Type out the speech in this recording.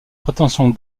prétention